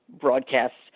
broadcasts